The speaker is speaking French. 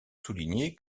souligner